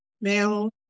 male